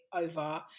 over